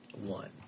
one